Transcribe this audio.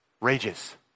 rages